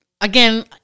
again